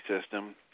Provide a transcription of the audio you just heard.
system